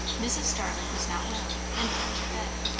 mrs. starling was not well, and kept her bed.